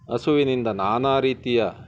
ಹಸುವಿನಿಂದ ನಾನಾ ರೀತಿಯ